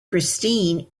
christine